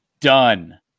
Done